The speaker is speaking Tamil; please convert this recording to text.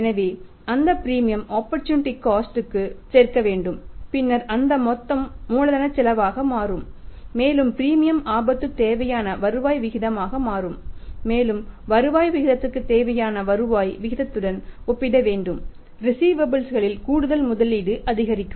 எனவே அந்த பிரீமியம் ஆப்பர்சூனிட்டி காஸ்ட் ல் கூடுதல் முதலீடு அதிகரிக்கும்